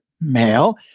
male